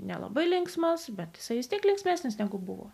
nelabai linksmas bet jisai vis tiek linksmesnis negu buvo